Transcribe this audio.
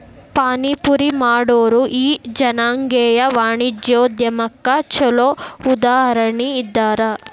ಪಾನಿಪುರಿ ಮಾಡೊರು ಈ ಜನಾಂಗೇಯ ವಾಣಿಜ್ಯೊದ್ಯಮಕ್ಕ ಛೊಲೊ ಉದಾಹರಣಿ ಇದ್ದಾರ